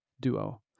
duo